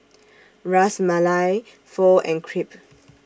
Ras Malai Pho and Crepe